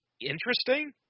interesting